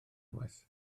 anwes